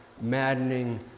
maddening